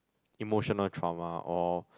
emotional trauma or